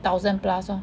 thousand plus lor